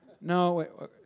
No